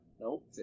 Nope